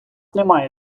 немає